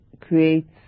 creates